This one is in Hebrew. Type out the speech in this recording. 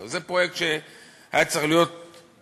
זה פרויקט שהיה צריך להיות מגה-פרויקט,